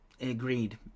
Agreed